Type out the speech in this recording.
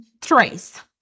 Trace